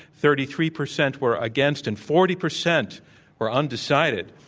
thirty three percent were against, and forty percent were undecided.